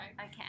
Okay